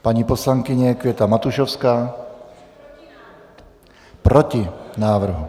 Paní poslankyně Květa Matušovská: Proti návrhu.